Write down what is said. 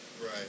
right